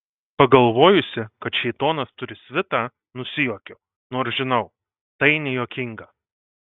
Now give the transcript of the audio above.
pagalvojusi kad šėtonas turi svitą nusijuokiu nors žinau tai nejuokinga